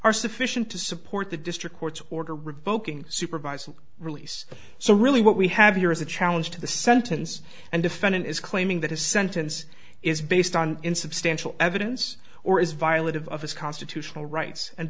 are sufficient to support the district court's order revoking supervised release so really what we have here is a challenge to the sentence and defendant is claiming that his sentence is based on insubstantial evidence or is violative of his constitutional rights and